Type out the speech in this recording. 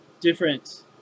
different